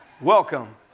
Welcome